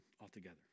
altogether